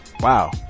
wow